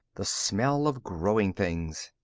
the smell of growing things.